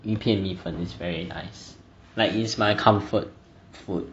鱼片米粉 is very nice like is my comfort food